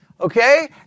Okay